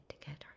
together